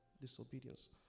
Disobedience